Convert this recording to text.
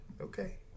okay